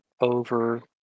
over